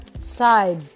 side